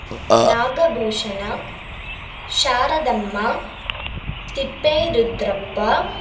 Nagabhushana Sharadamma Thipperudrappa